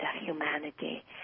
humanity